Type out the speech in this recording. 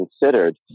considered